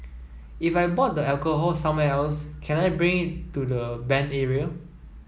if I bought the alcohol somewhere else can I bring it to the banned area